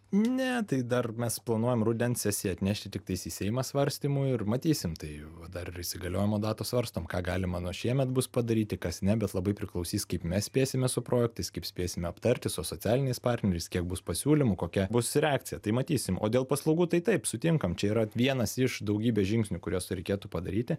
ne tai dar mes planuojam rudens sesiją atnešti tiktais į seimą svarstymui ir matysim tai va dar įsigaliojimo datą svarstome ką galima nuo šiemet bus padaryti kas ne bet labai priklausys kaip mes spėsime su projektais kaip spėsime aptarti su socialiniais partneriais kiek bus pasiūlymų kokia bus reakcija tai matysim o dėl paslaugų tai taip sutinkam čia yra vienas iš daugybės žingsnių kuriuos reikėtų padaryti